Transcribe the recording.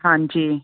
ਹਾਂਜੀ